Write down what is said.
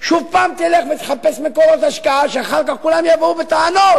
שוב הפעם תלך ותחפש מקורות השקעה שאחר כך כולם יבואו בטענות: